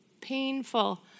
painful